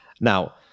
Now